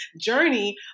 journey